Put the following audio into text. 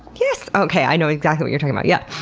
yes, okay, i know exactly what you're talking about. yep.